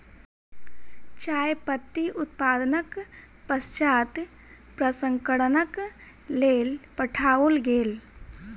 चाय पत्ती उत्पादनक पश्चात प्रसंस्करणक लेल पठाओल गेल